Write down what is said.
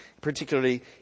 particularly